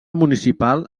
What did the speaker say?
municipal